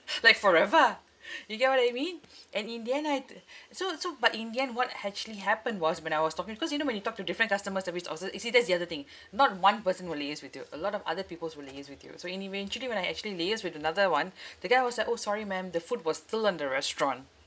like forever you get what I mean and in the end I'd so so but in the end what actually happened was when I was talking because you know when you talk to different customer service also you see that's the other thing not one person will liaise with you a lot of other peoples will liaise with you so e~ eventually when I actually liaise with another one the guy was like orh sorry ma'am the food was still in the restaurant